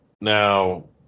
Now